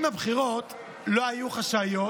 אם הבחירות לא היו חשאיות,